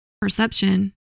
perception